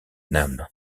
nam